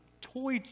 toy